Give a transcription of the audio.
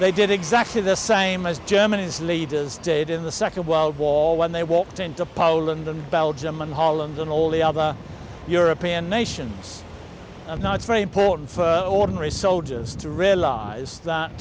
they did exactly the same as germany's leaders stayed in the second world war when they walked into poland and belgium and holland and all the other european nations i'm not very important for ordinary soldiers to realize that